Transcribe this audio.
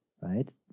right